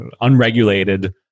unregulated